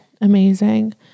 Amazing